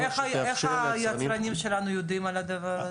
ליצרנים --- איך היצרנים שלנו יודעים על הדבר הזה?